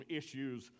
issues